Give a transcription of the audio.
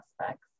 aspects